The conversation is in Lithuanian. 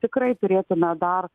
tikrai turėtume dar